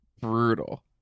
brutal